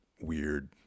weird